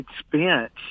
expense